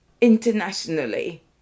Internationally